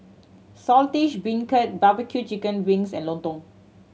Saltish Beancurd barbecue chicken wings and lontong